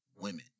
women